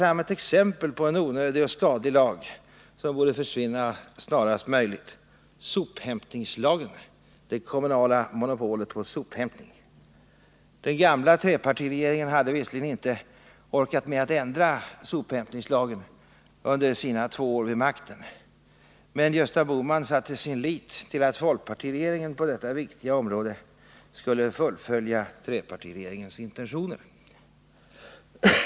fram ett exempel på en onödig och skadlig lag, som borde försvinna snarast möjligt — sophämtningslagen, det kommunala monopolet på sophämtningen. Den gamla trepartiregeringen hade visserligen inte orkat med att ändra sophämtningslagen under sina två år vid makten, men Gösta Bohman satte sin lit till att folkpartiregeringen skulle fullfölja trepartiregeringens intentioner på detta viktiga område.